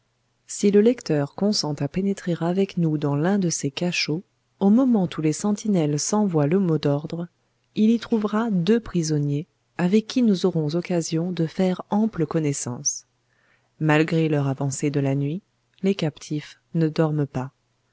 si le lecteur consent à pénétrer avec nous dans l'un de ses cachots au moment où les sentinelles s'envoient le mot d'ordre il y trouvera deux prisonniers avec qui nous aurons occasion de faire ample connaissance malgré l'heure avancée de la nuit les captifs ne dorment pas